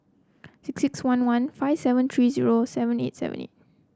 six six one one five seven three zero seven eight seven eight